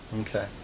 Okay